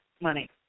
money